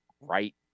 right